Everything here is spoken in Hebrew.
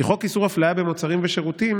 כי בחוק איסור הפליה במוצרים ושירותים